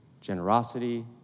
generosity